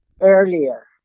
earlier